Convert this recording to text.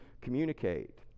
communicate